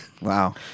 Wow